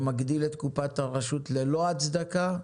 שמגדיל את קופת הרשות ללא הצדקה,